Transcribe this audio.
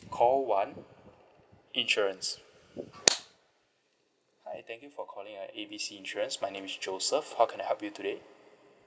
call one insurance hi thank you for calling at A B C insurance my name is joseph how can I help you today